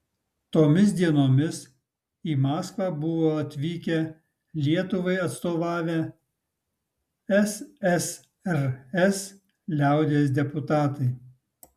tomis dienomis į maskvą buvo atvykę lietuvai atstovavę ssrs liaudies deputatai